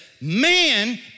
Man